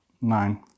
nine